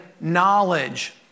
knowledge